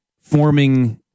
forming